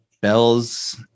bells